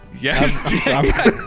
Yes